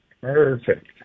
Perfect